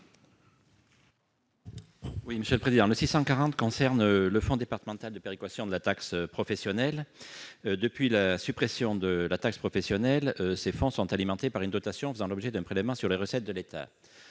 Delcros. Le présent amendement concerne les fonds départementaux de péréquation de la taxe professionnelle. Depuis la suppression de la taxe professionnelle en 2011, ces fonds sont alimentés par une dotation faisant l'objet d'un prélèvement sur les recettes de l'État.